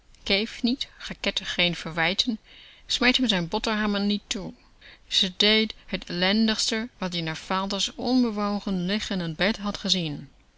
keef niet rakette geen verwijten smeet m z'n boterhammen niet toe ze dee t ellendigste wat-ie na vaders onbewogen liggen in bed had gezien